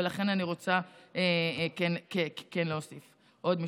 ולכן אני רוצה כן להוסיף עוד משפט.